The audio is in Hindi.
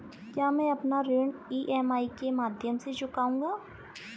क्या मैं अपना ऋण ई.एम.आई के माध्यम से चुकाऊंगा?